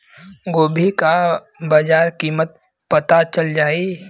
गोभी का बाजार कीमत पता चल जाई?